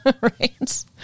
Right